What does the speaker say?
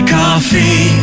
coffee